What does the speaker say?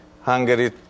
Hungary